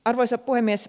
arvoisa puhemies